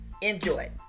enjoy